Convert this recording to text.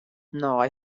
nei